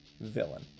villain